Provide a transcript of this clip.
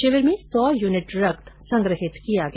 शिविर में सौ युनिट रक्त संग्रहित किया गया